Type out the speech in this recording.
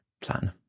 plan